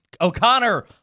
O'Connor